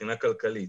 מבחינה כלכלית.